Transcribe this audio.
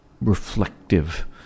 reflective